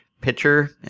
pitcher